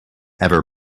ever